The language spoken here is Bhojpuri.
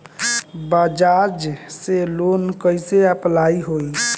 बज़ाज़ से लोन कइसे अप्लाई होई?